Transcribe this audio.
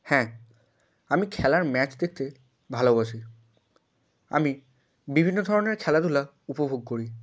হ্যাঁ আমি খেলার ম্যাচ দেখতে ভালোবাসি আমি বিভিন্ন ধরনের খেলাধুলা উপভোগ করি